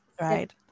Right